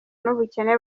n’ubukene